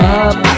up